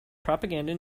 propaganda